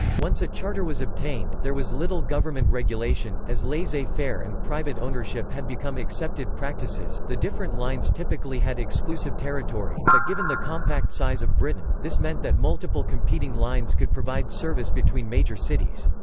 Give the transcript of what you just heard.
once a charter was obtained, there was little government regulation, as laissez-faire and private ownership had become accepted practices the different lines typically had exclusive territory, but given the compact size of britain, this meant that multiple competing lines could provide service between major cities.